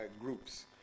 groups